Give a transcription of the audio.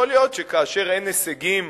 יכול להיות שכאשר אין הישגים